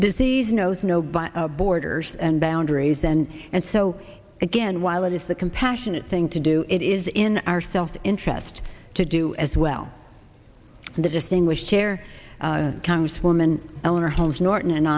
disease knows no by borders and boundaries and and so again while it is the compassionate thing to do it is in our self interest to do as well the distinguished chair congresswoman eleanor holmes norton and